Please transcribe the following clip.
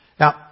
Now